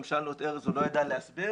גם שאלנו את ארז והוא לא ידע להסביר.